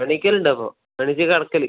എണീക്കലുണ്ടപ്പോൾ എണീച്ച് കിടക്കൽ